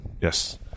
yes